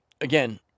Again